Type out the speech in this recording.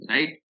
Right